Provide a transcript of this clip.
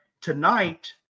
Tonight